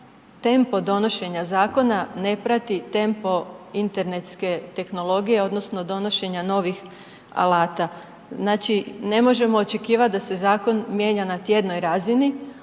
tempo donošenja zakona ne prati tempo internetske tehnologije odnosno donošenja novih alata. Znači ne možemo očekivati da se zakon mijenja na tjednoj razini,